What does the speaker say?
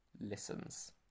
listens